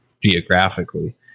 geographically